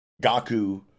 Gaku